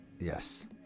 Yes